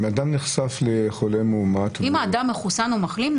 אם אדם נחשף לחולה מאומת -- אם האדם מחוסן או מחלים,